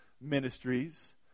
ministries